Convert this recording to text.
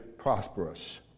prosperous